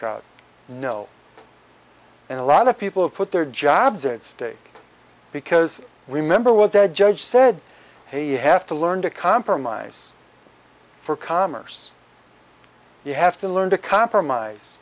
crowd no and a lot of people put their jobs at stake because remember what that judge said hey you have to learn to compromise for commerce you have to learn to compromise